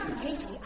Katie